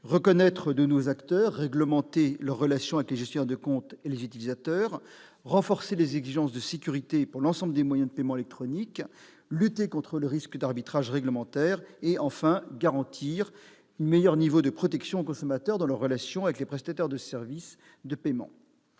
reconnaître ces nouveaux acteurs et réglementer leurs relations avec les gestionnaires de compte et les utilisateurs ; renforcer les exigences de sécurité pour l'ensemble des paiements électroniques ; lutter contre le risque d'arbitrage réglementaire ; garantir un meilleur niveau de protection aux consommateurs dans leurs relations avec les prestataires de services de paiement.